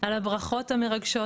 על הברכות המרגשות,